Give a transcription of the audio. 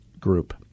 group